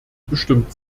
bestimmt